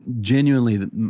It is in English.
genuinely